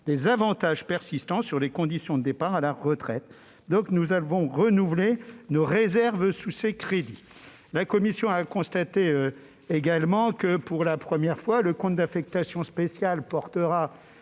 des avantages persistants en termes de conditions de départ à la retraite. La commission a donc renouvelé sa réserve sur ces crédits. La commission a constaté également que, pour la première fois, le compte d'affectation spéciale portera